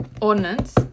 Ordinance